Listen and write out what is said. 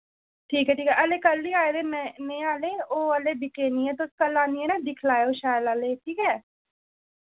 ठीक ऐ ठीक ऐ आह्ले कल ही आए दे मैं नए आह्ले ओह् आह्ले बिके नी ऐ तुस कल आह्नियै ना दिक्ख लैयो शैल आह्ले ठीक ऐ